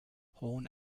horn